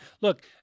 Look